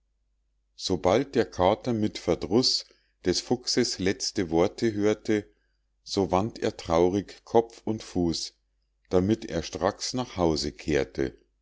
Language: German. sobald der kater mit verdruß des fuchses letzte worte hörte so wandt er traurig kopf und fuß damit er stracks nach hause kehrte